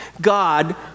God